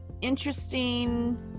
interesting